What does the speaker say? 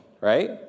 right